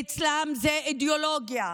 אצלו זאת אידיאולוגיה.